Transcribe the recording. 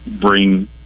bring